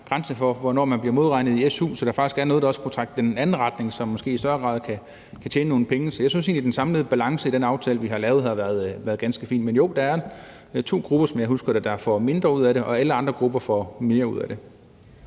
grænse for, hvornår man bliver modregnet i su, så der faktisk er noget, der også kunne trække i den anden retning, så man måske i større grad kan tjene nogle penge. Så jeg synes egentlig, at den samlede balance i den aftale, vi har lavet, har været ganske fin. Men jo, der er to grupper, som jeg husker det, der får mindre ud af det, og alle andre grupper får mere ud af det.